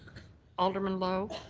alderman lowe.